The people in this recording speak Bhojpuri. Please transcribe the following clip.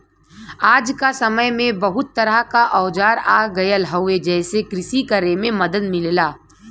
आज क समय में बहुत तरह क औजार आ गयल हउवे जेसे कृषि करे में मदद मिलला